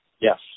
Yes